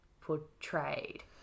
portrayed